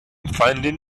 finding